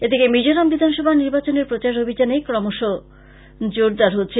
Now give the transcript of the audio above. এদিকে মিজোরাম বিধানসভা নির্বাচনের প্রচার অভিযানে গতি এসেছে